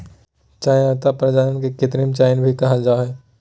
चयनात्मक प्रजनन के कृत्रिम चयन भी कहल जा हइ